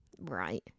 Right